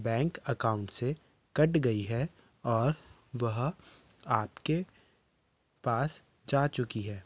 bank account से कट गई है और वह आपके पास जा चुकी है